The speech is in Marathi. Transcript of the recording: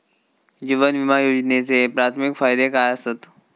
जीवन विमा योजनेचे प्राथमिक फायदे काय आसत?